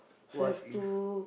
what if